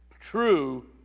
true